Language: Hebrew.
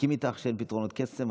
מסכים איתך שאין פתרונות קסם.